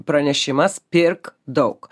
pranešimas pirk daug